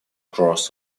cross